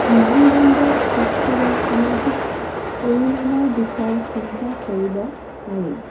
মানদণ্ডৰ সৃষ্টিৰে সামাজিক পৰিণামৰ বিষয়ে চিন্তা কৰিব পাৰি